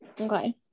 Okay